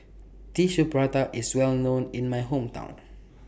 Tissue Prata IS Well known in My Hometown